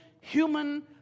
human